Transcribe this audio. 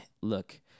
look